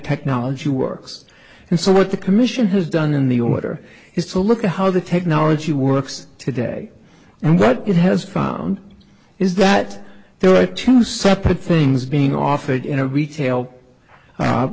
technology works and so what the commission has done in the order is to look at how the technology works today and what it has found is that there are two separate things being offered in a retail